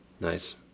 Nice